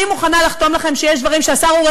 אני מוכנה לחתום לכם שיש דברים שהשר אורי